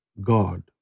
God